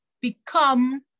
become